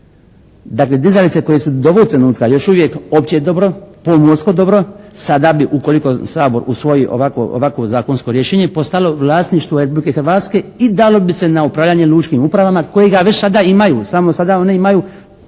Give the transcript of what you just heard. Dakle, dizalice koje su do ovog trenutka još uvijek opće dobro, pomorsko dobro, sada bi ukoliko Sabor usvoji ovakvo zakonsko rješenje postalo vlasništvo Republike Hrvatske i dalo bi se na upravljanje lučkim upravama koje ga već sada imaju. Samo sada one imaju